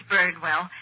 Birdwell